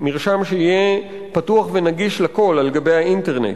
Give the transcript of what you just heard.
מרשם שיהיה פתוח ונגיש לכול באינטרנט.